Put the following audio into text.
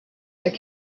their